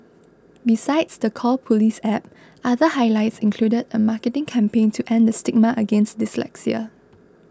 besides the Call Police App other highlights included a marketing campaign to end the stigma against dyslexia